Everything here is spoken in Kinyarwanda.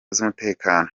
z’umutekano